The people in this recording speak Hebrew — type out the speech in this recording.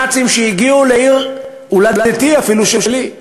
הנאצים הגיעו לעיר הולדתי אפילו, שלי,